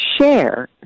share